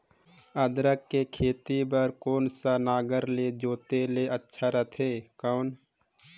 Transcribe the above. अदरक के खेती बार कोन सा नागर ले जोते ले अच्छा रथे कौन?